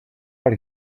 are